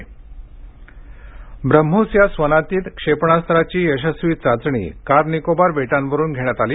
ब्राह्मोस ब्राह्योस या स्वनातित क्षेपणास्त्राची यशस्वी चाचणी कारनिकोबार बेटांवरून घेण्यात आली